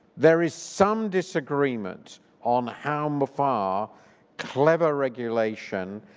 there is some disagreement on how far clever regulation,